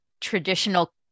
traditional